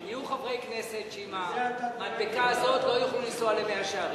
יהיו חברי כנסת שעם המדבקה הזאת לא יוכלו לנסוע למאה-שערים.